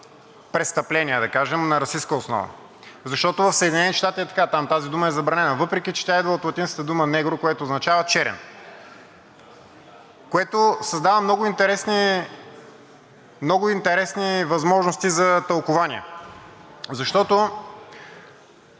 престъпление, да кажем, на расистка основа. Защото в Съедините щати е така. Там тази дума е забранена, въпреки че тя идва от латинската дума „негро“, което означава черен, което създава много интересни възможности за тълкувания. Защото